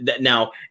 Now